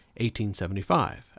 1875